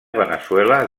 veneçuela